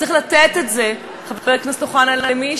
צריך לתת את זה, חבר הכנסת אוחנה, למי